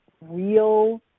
real